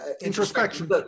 Introspection